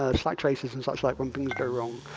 ah slight traces and such like when things go wrong,